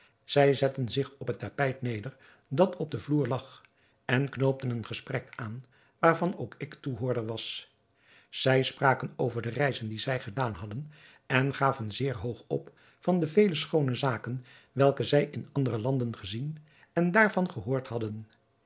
zij zetten zich op het tapijt neder dat op den vloer lag en knoopten een gesprek aan waarvan ook ik toehoorder was zij spraken over de reizen die zij gedaan hadden en gaven zeer hoog op van de vele schoone zaken welke zij in andere landen gezien en daarvan gehoord hadden